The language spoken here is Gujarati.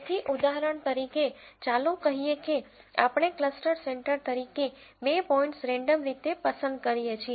તેથી ઉદાહરણ તરીકે ચાલો કહીએ કે આપણે ક્લસ્ટર સેન્ટર તરીકે બે પોઇન્ટ્સ રેન્ડમ રીતે પસંદ કરીએ છીએ